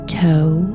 toe